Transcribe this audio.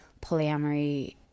polyamory